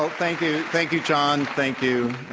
ah thank you. thank you, john. thank you.